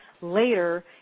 later